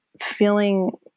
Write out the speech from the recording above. feeling